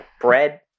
bread